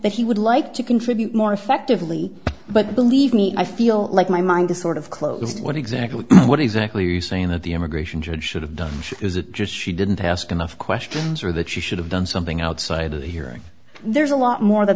that he would like to contribute more effectively but believe me i feel like my mind is sort of closed what exactly what exactly are you saying that the immigration judge should have done is it just she didn't ask enough questions or that she should have done something outside of the hearing there's a lot more tha